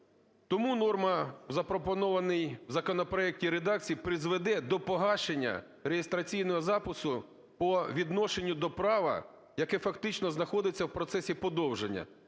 Тому норма в запропонованій в законопроекті редакції призведе до погашення реєстраційного запису по відношенню до права, яке фактично знаходиться в процесі подовження,